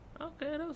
Okay